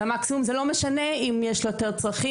זה המקסימום, זה לא משנה אם יש לו יותר צרכים.